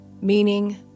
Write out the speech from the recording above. meaning